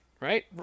Right